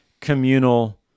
communal